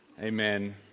Amen